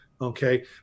Okay